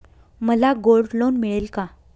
मला gold loan मिळेल का?